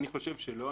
אני חושב שלא.